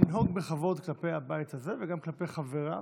לנהוג בכבוד כלפי הבית הזה, וגם כלפי חבריו,